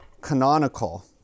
canonical